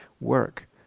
work